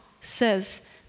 says